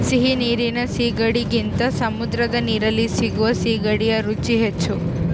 ಸಿಹಿ ನೀರಿನ ಸೀಗಡಿಗಿಂತ ಸಮುದ್ರದ ನೀರಲ್ಲಿ ಸಿಗುವ ಸೀಗಡಿಯ ರುಚಿ ಹೆಚ್ಚು